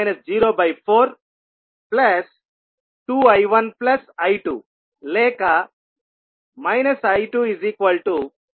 0V0 042I1I2 లేక I20